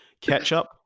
Ketchup